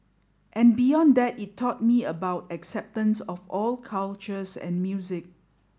and beyond that it taught me about acceptance of all cultures and music